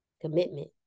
commitment